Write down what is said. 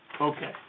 Okay